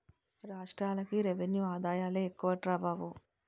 రాష్ట్రాలకి రెవెన్యూ ఆదాయాలే ఎక్కువట్రా బాబు